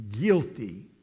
guilty